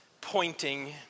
pointing